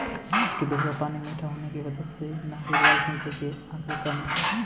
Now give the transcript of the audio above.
tubewell का पानी मीठा होने की वजह से नहर द्वारा सिंचाई के आंकड़े कम है